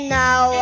now